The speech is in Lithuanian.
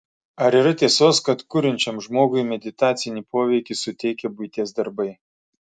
ar yra tiesos kad kuriančiam žmogui meditacinį poveikį suteikia buities darbai